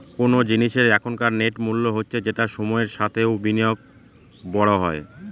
কোন জিনিসের এখনকার নেট মূল্য হচ্ছে যেটা সময়ের সাথে ও বিনিয়োগে বড়ো হয়